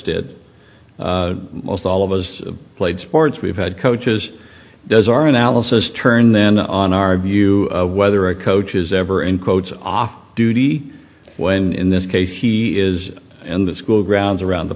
did most all of us played sports we've had coaches does our analysis turn then on our view whether a coach is ever in quotes off duty when in this case he is in the school grounds around the